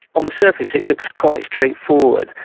on the surface it looks quite straightforward.